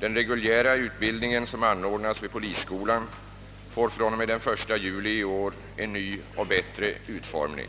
Den reguljära utbildningen, som anordnas vid polisskolan, får från och med den 1 juli i år en ny och bättre utformning.